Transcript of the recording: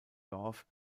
dorf